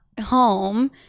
home